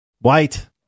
white